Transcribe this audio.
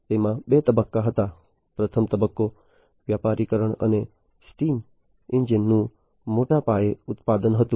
તેમાં બે તબક્કા હતા પ્રથમ તબક્કો વ્યાપારીકરણ અને સ્ટીમ એન્જિનનું મોટા પાયે ઉત્પાદન હતું